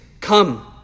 come